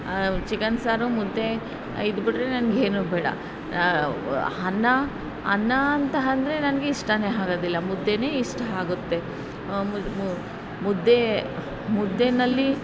chicken ಸಾರು ಮುದ್ದೆ ಇದುಬಿಟ್ರೆ ನನಗೇನು ಬೇಡ ಅನ್ನ ಅನ್ನ ಅಂತ ಅಂದ್ರೆ ನನಗೆ ಇಷ್ಟವೇ ಆಗೋದಿಲ್ಲ ಮುದ್ದೆಯೇ ಇಷ್ಟ ಆಗುತ್ತೆ ಮುದ್ದೆ ಮುದ್ದೆಯಲ್ಲಿ